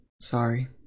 sorry